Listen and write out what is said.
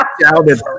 shouted